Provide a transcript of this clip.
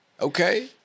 Okay